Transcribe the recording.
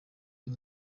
uyu